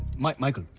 michael.